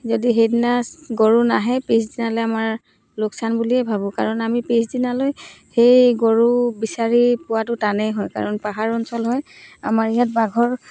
যদি সেইদিনা গৰু নাহে পিছদিনা আমাৰ লোকচান বুলিয়ে ভাবোঁ কাৰণ আমি পিছদিনালৈ সেই গৰু বিচাৰি পোৱাটো টানেই হয় কাৰণ পাহাৰ অঞ্চল হয় আমাৰ ইয়াত বাঘৰ